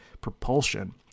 propulsion